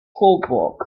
coburg